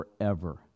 forever